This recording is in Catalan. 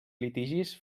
litigis